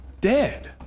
dead